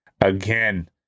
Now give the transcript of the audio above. again